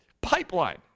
pipeline